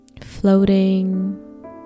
floating